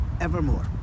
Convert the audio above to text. evermore